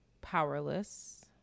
powerless